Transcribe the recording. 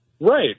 Right